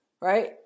right